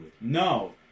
No